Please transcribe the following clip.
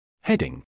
Heading